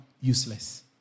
useless